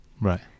right